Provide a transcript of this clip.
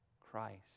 Christ